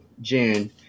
June